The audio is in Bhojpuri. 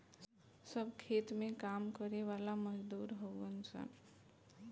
सब खेत में काम करे वाला मजदूर हउवन सन